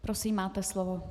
Prosím, máte slovo.